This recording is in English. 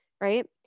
right